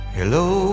Hello